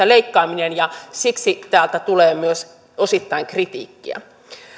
leikkaaminen ja siksi täältä tulee myös osittain kritiikkiä